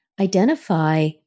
Identify